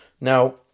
Now